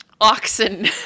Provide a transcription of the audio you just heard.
Oxen